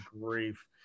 grief